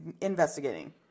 investigating